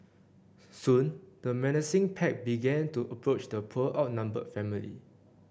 soon the menacing pack began to approach the poor outnumbered family